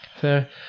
Fair